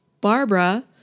Barbara